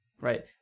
Right